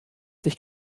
sich